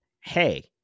hey